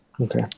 Okay